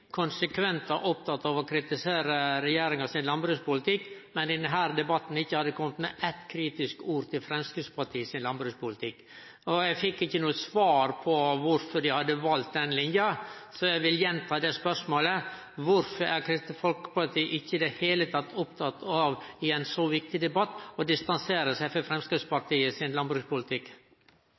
konsekvent var opptatt av å kritisere regjeringa sin landbrukspolitikk, men at dei i denne debatten ikkje har kome med eitt kritisk ord om Framstegspartiet sin landbrukspolitikk. Eg fekk ikkje noko svar på kvifor dei hadde valt den linja, så eg vil gjenta spørsmålet: Kvifor er Kristeleg Folkeparti i ein så viktig debatt i det heile ikkje opptatt av å distansere seg frå Framstegspartiet sin landbrukspolitikk?